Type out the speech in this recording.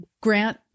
Grant